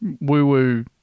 woo-woo